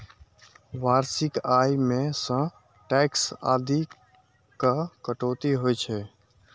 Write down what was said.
वार्षिक आय मे सं टैक्स आदिक कटौती होइ छै